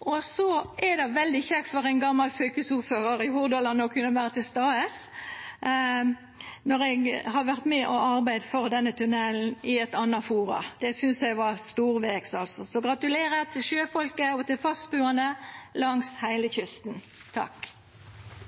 Det er veldig kjekt for ein gammal fylkesordførar i Hordaland å kunna vera til stades når ein har vore med og arbeidd for denne tunnelen i eit anna forum. Det synest eg er storveges. Så gratulerer til sjøfolket og til fastbuande langs heile kysten!